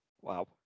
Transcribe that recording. Wow